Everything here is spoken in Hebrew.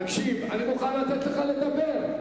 תקשיב, אני מוכן לתת לך לדבר.